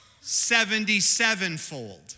seventy-sevenfold